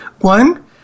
One